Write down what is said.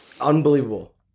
Unbelievable